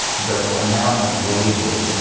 the amount of wages,